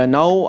now